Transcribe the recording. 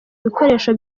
ibikoresho